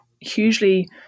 hugely